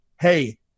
hey